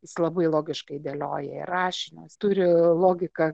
jis labai logiškai dėlioja ir rašinius turi logiką